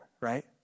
right